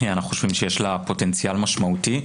אנחנו חושבים שיש לה פוטנציאל משמעותי.